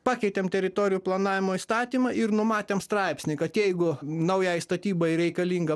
pakeitėm teritorijų planavimo įstatymą ir numatėm straipsnį kad jeigu naujai statybai reikalinga